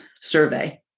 survey